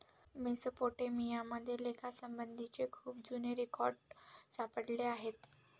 Mesopotamia मध्ये लेखासंबंधीचे खूप जुने रेकॉर्ड सापडले आहेत